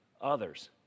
others